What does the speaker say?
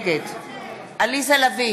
נגד עליזה לביא, בעד